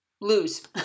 lose